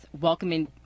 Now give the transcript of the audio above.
welcoming